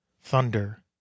thunder